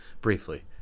Briefly